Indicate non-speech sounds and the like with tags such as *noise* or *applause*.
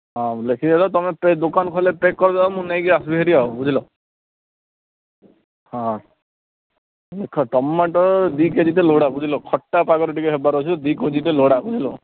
ହଁ ଲେଖିଦେଇଥାଉ ତମେ ଦୋକାନ ଖୋଲିଲେ ପ୍ୟାକ୍ କରିଦବ ମୁଁ ନେଇକି ଆସିବି ହେରି ଆଉ ବୁଝିଲ ହଁ ଦେଖ ଟମାଟୋ ଦୁଇ କେଜିଟେ ଲୋଡ଼ା ଖଟା *unintelligible* ଦୁଇ କେଜି ଲୋଡ଼ା ବୁଝିଲ